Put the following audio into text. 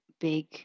big